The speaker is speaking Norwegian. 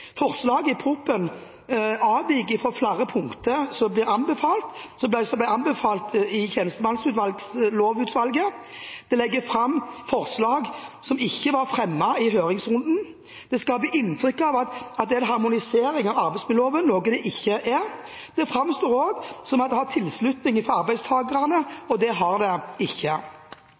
i proposisjonen avviker fra flere punkter som ble anbefalt av tjenestemannslovutvalget. Det legges fram forslag som ikke var fremmet i høringsrunden. Det skapes inntrykk av at det er en harmonisering av arbeidsmiljøloven, noe det ikke er. Det framstår også som om det har tilslutning fra arbeidstakerne, og det har det ikke.